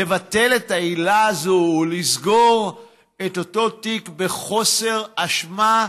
לבטל את העילה הזאת ולסגור את אותו תיק בחוסר אשמה.